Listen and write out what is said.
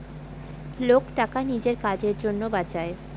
লোক টাকা নিজের কাজের জন্য বাঁচায়